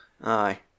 Aye